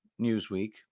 Newsweek